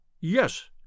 Yes